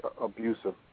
abusive